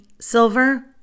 silver